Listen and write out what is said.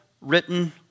written